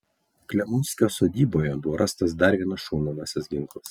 klemunskio sodyboje buvo rastas dar vienas šaunamasis ginklas